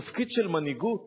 תפקיד של מנהיגות